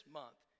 month